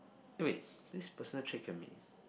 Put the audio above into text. eh wait this personal trait can be